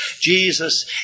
Jesus